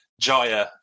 Jaya